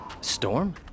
Storm